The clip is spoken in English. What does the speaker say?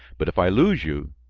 but if i lose you,